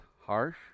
harsh